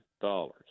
dollars